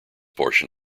portion